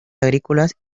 agrícolas